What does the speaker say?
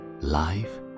Life